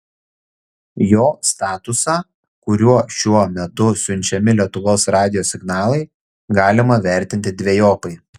jo statusą kuriuo šiuo metu siunčiami lietuvos radijo signalai galima vertinti dvejopai